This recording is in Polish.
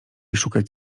szukać